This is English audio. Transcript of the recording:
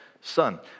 Son